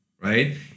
right